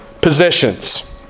positions